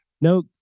No